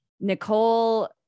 Nicole